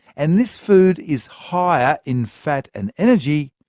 and this food is higher in fat and energy,